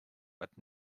but